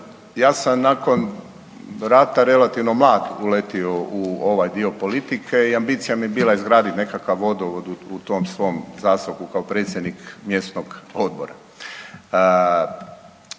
Ja sam nakon rata relativno mlad uletio u ovaj dio politike i ambicija mi je bila izgraditi nekakav vodovod u tom svom zaseoku kao predsjednik mjesnog odbora.